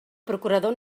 procurador